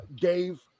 Dave